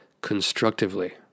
constructively